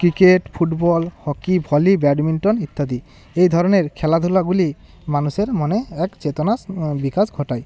cricket football hockey volley badminton ইত্যাদি এই ধরনের খেলাধুলাগুলি মানুষের মনে এক চেতনা বিকাশ ঘটায়